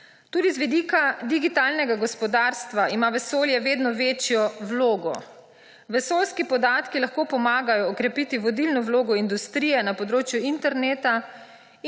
Tudi z vidika digitalnega gospodarstva ima vesolje vedno večjo vlogo. Vesoljski podatki lahko pomagajo okrepiti vodilno vlogo industrije na področju interneta